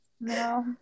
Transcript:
No